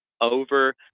over